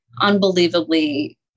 unbelievably